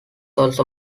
also